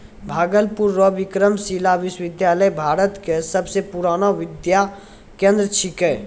भागलपुर रो विक्रमशिला विश्वविद्यालय भारत के सबसे पुरानो विद्या केंद्र छिकै